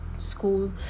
school